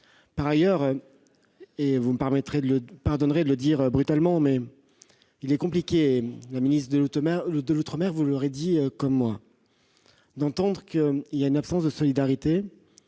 Troisièmement, vous me pardonnerez de le dire brutalement, il est compliqué- la ministre de l'outre-mer vous l'aurait dit comme moi -d'entendre dire qu'il y a une absence de solidarité